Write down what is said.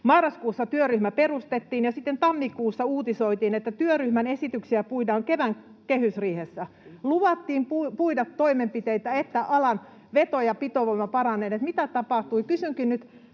Marraskuussa työryhmä perustettiin, ja sitten tammikuussa uutisoitiin, että työryhmän esityksiä puidaan kevään kehysriihessä. Luvattiin puida toimenpiteitä, että alan veto- ja pitovoima paranee. Mitä tapahtui?